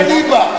לא למדת ליבה.